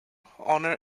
honour